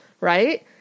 right